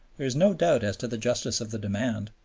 there is no doubt as to the justice of the demand.